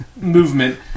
movement